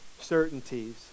certainties